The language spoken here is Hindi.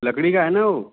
लकड़ी का है ना वह